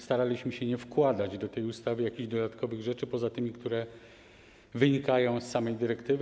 Staraliśmy się nie wkładać do tej ustawy jakichś dodatkowych rzeczy poza tymi, które wynikają z samej dyrektywy.